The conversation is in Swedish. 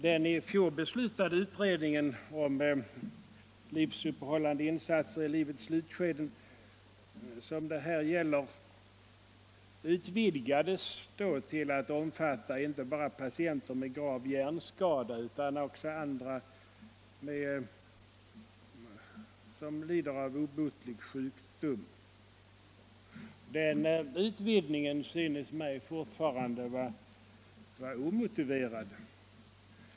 Den i fjol beslutade utredningen om livsuppehållande insatser i livets slutskede, som det här gäller, utvidgades då till att omfatta inte bara patienter med grav hjärnskada utan också andra som lider av obotlig sjukdom. Den utvidgningen syns mig fortfarande vara omotiverad.